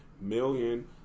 million